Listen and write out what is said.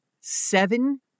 seven